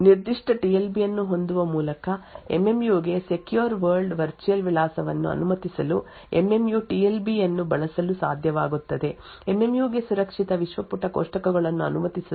ಈ ನಿರ್ದಿಷ್ಟ TLB ಅನ್ನು ಹೊಂದುವ ಮೂಲಕ ಎಂಎಂ ಯು ಗೆ ಸೆಕ್ಯೂರ್ ವರ್ಲ್ಡ್ ವರ್ಚುಯಲ್ ವಿಳಾಸವನ್ನು ಅನುಮತಿಸಲು M M U T L B ಅನ್ನು ಬಳಸಲು ಸಾಧ್ಯವಾಗುತ್ತದೆ ಎಂಎಂ ಯು ಗೆ ಸುರಕ್ಷಿತ ವಿಶ್ವ ಪುಟ ಕೋಷ್ಟಕಗಳನ್ನು ಅನುಮತಿಸಲು ಟಿ ಎಲ್ ಬಿ ಅನ್ನು ಬಳಸಲು ಸಾಧ್ಯವಾಗುತ್ತದೆ